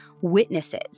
witnesses